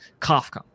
Kafka